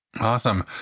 Awesome